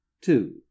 two